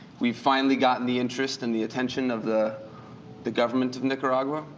we've finally gotten the interest and the attention of the the government of nicaragua.